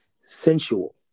sensual